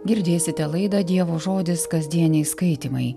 girdėsite laidą dievo žodis kasdieniai skaitymai